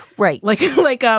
right. like yeah like, um